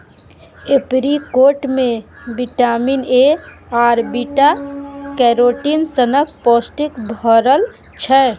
apricot मे vitamin A आर beta carotene सनक पौष्टिक भरल छै